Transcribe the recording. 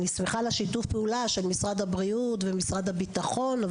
שמחה על שיתוף הפעולה של משרד הבריאות ומשרד הביטחון,